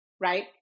right